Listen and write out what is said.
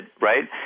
right